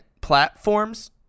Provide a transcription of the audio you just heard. platforms